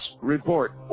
report